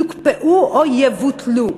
יוקפאו או יבוטלו.